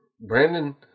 Brandon